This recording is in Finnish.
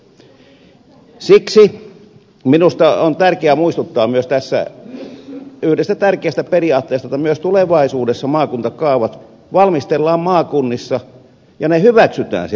siksi minusta on tärkeää muistuttaa myös tässä yhdestä tärkeästä periaatteesta että myös tulevaisuudessa maakuntakaavat valmistellaan maakunnissa ja ne hyväksytään siellä maakunnissa